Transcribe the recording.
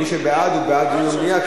מי שבעד הוא בעד דיון במליאה,